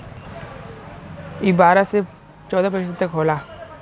ई बारह से चौदह प्रतिशत तक होला